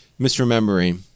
misremembering